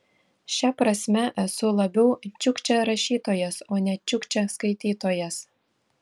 šia prasme esu labiau čiukčia rašytojas o ne čiukčia skaitytojas